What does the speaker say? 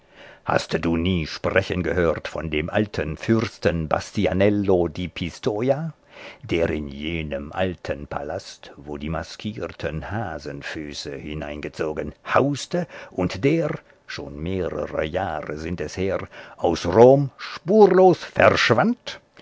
hast du nie sprechen gehört von dem alten fürsten bastianello di pistoja der in jenem alten palast wo die maskierten hasenfüße hineingezogen hauste und der schon mehrere jahre sind es her aus rom spurlos verschwand